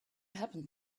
happened